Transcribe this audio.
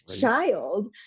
child